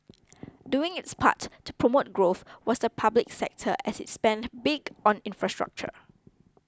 doing its part to promote growth was the public sector as it spent big on infrastructure